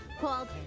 called